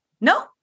no